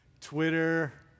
Twitter